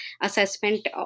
assessment